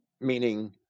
meaning